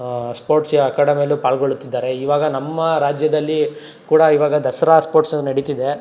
ಸ್ಪೋರ್ಟ್ಸಿಯ ಅಕಾಡೆಮಿಯಲ್ಲೂ ಪಾಲ್ಗೊಳ್ಳುತ್ತಿದ್ದಾರೆ ಇವಾಗ ನಮ್ಮ ರಾಜ್ಯದಲ್ಲಿ ಕೂಡ ಇವಾಗ ದಸರಾ ಸ್ಪೋರ್ಟ್ಸ್ ನಡೀತಿದೆ